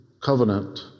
covenant